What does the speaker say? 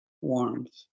warmth